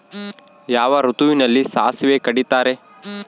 ಯಾವ ಋತುವಿನಲ್ಲಿ ಸಾಸಿವೆ ಕಡಿತಾರೆ?